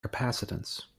capacitance